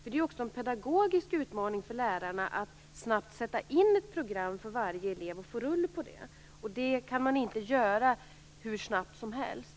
Det är också en pedagogisk utmaning för lärarna att snabbt sätta in ett program för varje elev och få snurr på det. Det kan man inte göra hur snabbt som helst.